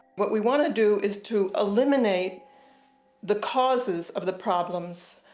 what we want to do is to eliminate the causes of the problems.